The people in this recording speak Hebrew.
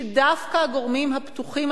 שדווקא הגורמים הפתוחים,